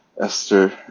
Esther